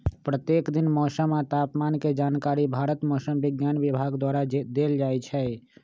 प्रत्येक दिन मौसम आ तापमान के जानकारी भारत मौसम विज्ञान विभाग द्वारा देल जाइ छइ